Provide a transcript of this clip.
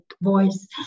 voice